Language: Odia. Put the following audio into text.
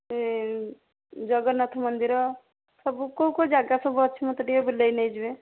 ଏ ଜଗନ୍ନାଥ ମନ୍ଦିର ସବୁ କେଉଁ କେଉଁ ଯାଗା ସବୁ ଅଛି ମୋତେ ଟିକେ ବୁଲେଇ ନେଇଯିବେ